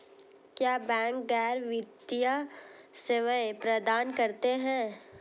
क्या बैंक गैर वित्तीय सेवाएं प्रदान करते हैं?